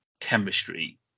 chemistry